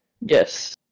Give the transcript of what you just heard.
Yes